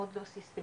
מאוד לא סיסטמטי,